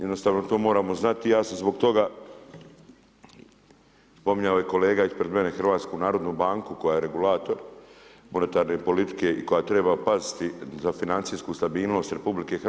Jednostavno to moramo znati i ja sam zbog toga, spominjao je i kolega ispred mene HNB koja je regulator unutarnje politike i koja treba paziti za financijsku stabilnost RH.